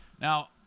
now